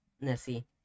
Nessie